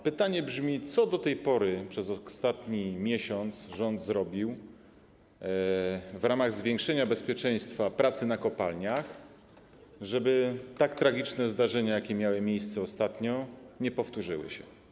Pytanie brzmi: Co do tej pory, przez ostatni miesiąc, rząd zrobił w ramach zwiększenia bezpieczeństwa pracy w kopalniach, po to żeby tak tragiczne zdarzenia, jakie miały miejsce ostatnio, nie powtórzyły się?